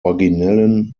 originellen